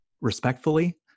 respectfully